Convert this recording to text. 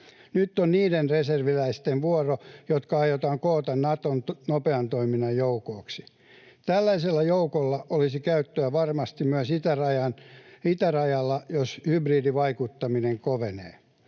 Nyt on niiden reserviläisten vuoro, jotka aiotaan koota Naton nopean toiminnan joukoksi. Tällaisella joukolla olisi käyttöä varmasti myös itärajalla, jos hybridivaikuttaminen kovenee.